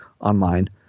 online